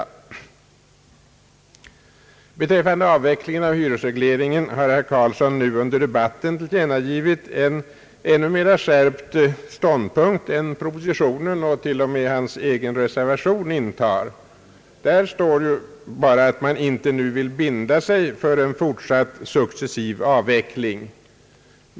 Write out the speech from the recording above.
Beträffande avvecklingen av hyresregleringen har herr Karlsson under debatten tillkännagett en ännu mera skärpt ståndpunkt än propositionen och till och med hans egen reservation. Där står ju bara, att man nu inte vill binda sig för en fortsatt successiv avveckling.